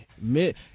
Mid-